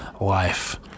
life